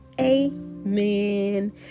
Amen